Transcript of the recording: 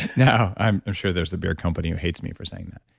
now, i'm i'm sure there's a beer company who hates me for saying that.